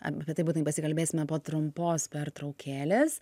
apie tai būtinai pasikalbėsime po trumpos pertraukėlės